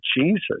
Jesus